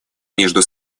между